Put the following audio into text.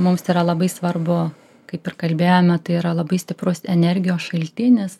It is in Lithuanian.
mums yra labai svarbu kaip ir kalbėjome tai yra labai stiprus energijos šaltinis